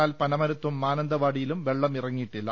എന്നാൽ പനമരത്തും മാനന്തവാടിയിലും വെള്ളം ഇറങ്ങിയിട്ടി ല്ല